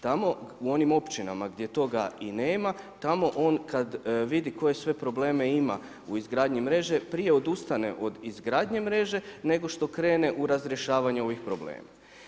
Tamo, u onim općinama gdje toga i nema, tamo on kada vidi koje sve probleme ima u izgradnji mreže prije odustane od izgradnje mreže nego što krene u razrješavanje ovih problema.